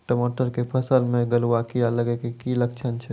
टमाटर के फसल मे गलुआ कीड़ा लगे के की लक्छण छै